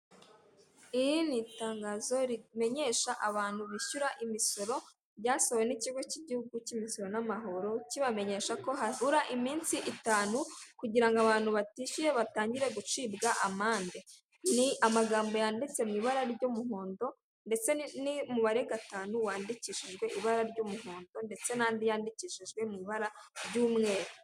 Iri ni itangazo rimenyesha abantu bishyura imisoro, ryasohowe n'ikigo cy'igihugu cy'imisoro n'amahoro, kibamenyesha ko habura iminsi itanu kugira ngo abantu batishyuye batangire gucibwa amande. Ni amagambo yanditse mu ibara ry'umuhondo, ndetse n'umubare gatanu wandikishijwe ibara ry'umuhondo, ndetse n'andi yandikishijwe mu ibara ry'umweru.